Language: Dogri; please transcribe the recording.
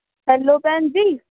हैल्लो भैन जी